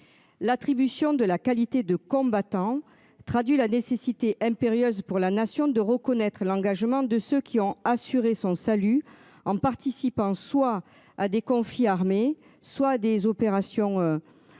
L'attribution de la qualité de combattants traduit la nécessité impérieuse pour la nation de reconnaître l'engagement de ceux qui ont assuré son salut en participant, soit à des conflits armés, soit des opérations. Ou des